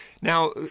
Now